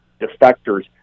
defectors